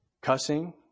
Cussing